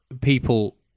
people